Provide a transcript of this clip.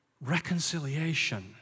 Reconciliation